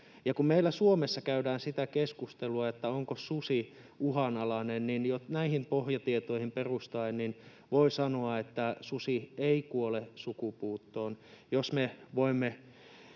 kun meillä Suomessa käydään keskustelua siitä, onko susi uhanalainen, niin jo näihin pohjatietoihin perustaen voi sanoa, että susi ei kuole sukupuuttoon,